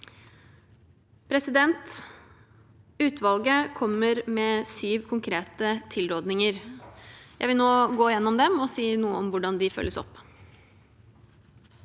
områder. Utvalget kommer med syv konkrete tilrådinger. Jeg vil nå gå gjennom dem og si noe om hvordan de følges opp.